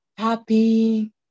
Happy